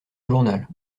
journal